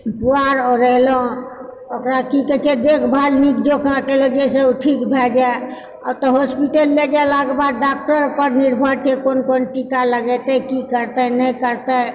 पोआर ओढ़ेलहुँ ओकरा की कहय छै देखभाल नीक जकाँ केलहुँ जाहिसँ ओ ठीक भै जाइ आब तऽ हॉस्पिटल लय जेलाकऽ बाद डॉक्टर पर निर्भर छै कोन कोन टीका लगेतै की करतय नहि करतय